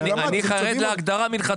אני חרד לעבודה לכתחילה.